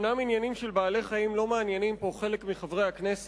אומנם עניינים של בעלי-חיים לא מעניינים פה חלק מחברי הכנסת,